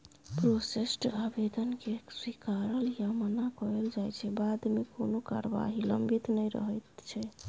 processed आबेदनकेँ स्वीकारल या मना कएल जाइ छै बादमे कोनो कारबाही लंबित नहि रहैत छै